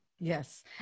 Yes